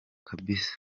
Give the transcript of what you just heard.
kabisa